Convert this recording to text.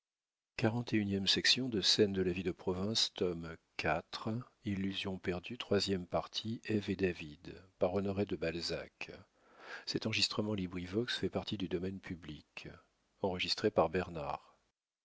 scènes de la vie de province tome iv author honoré de balzac